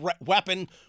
weapon